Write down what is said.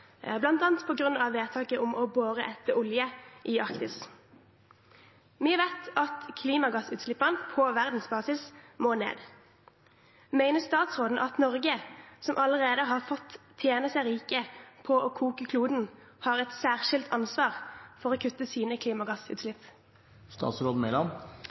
vedtaket om å bore etter olje i Arktis. Vi vet at klimagassutslippene på verdensbasis må ned. Mener statsråden at Norge, som allerede har fått tjene seg rike på å koke kloden, har et særskilt ansvar for å kutte sine